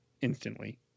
instantly